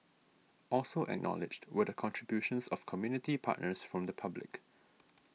also acknowledged were the contributions of community partners from the public